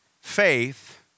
Faith